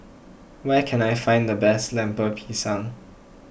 where can I find the best Lemper Pisang